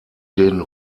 denen